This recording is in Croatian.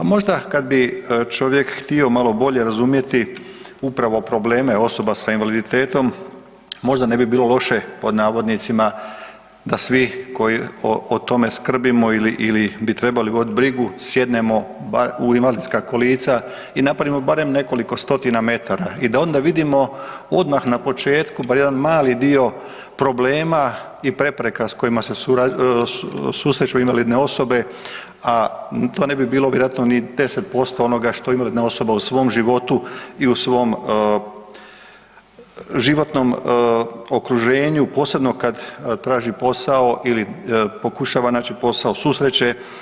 Možda kad bi čovjek htio malo bolje razumjeti upravo probleme osoba s invaliditetom možda ne bi bilo „loše“ da svi koje o tome skrbimo ili bi trebali voditi brigu sjednemo u invalidska kolica i napravimo barem nekoliko stotina metara i da onda vidimo odah na početku bar jedan mali dio problema i prepreka s kojima se susreću invalidne osobe, a to ne bi bilo vjerojatno ni 10% onoga što invalidna osoba u svom životu i u svom životnom okruženju, posebno kad traži posao ili pokušava naći posao susreće.